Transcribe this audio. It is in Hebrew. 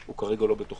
הוא כרגע לא בתוכו.